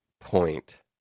point